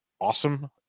awesome